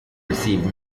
receive